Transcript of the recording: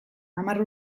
hamar